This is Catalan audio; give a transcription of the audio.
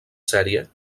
sèrie